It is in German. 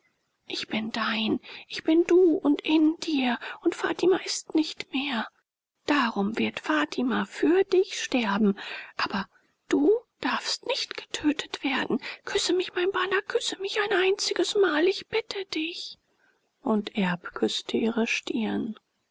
ich bin dein ich bin du und in dir und fatima ist nicht mehr darum wird fatima für dich sterben aber du darfst nicht getötet werden küsse mich mein bana küsse mich ein einziges mal ich bitte dich und erb küßte ihre stirn